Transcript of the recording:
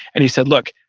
and he said, look,